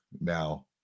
now